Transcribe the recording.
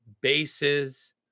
bases